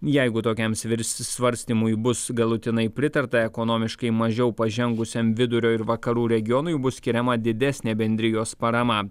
jeigu tokiam svirs svarstymui bus galutinai pritarta ekonomiškai mažiau pažengusiam vidurio ir vakarų regionui bus skiriama didesnė bendrijos parama